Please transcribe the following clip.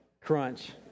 crunch